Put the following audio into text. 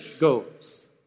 goes